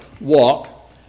walk